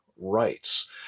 rights